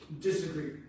disagree